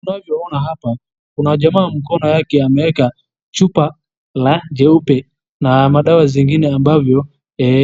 Tunavyo ona hapa kuna jamaa mkono yake ameweka chupa la jeupe na madawa zingine ambavyo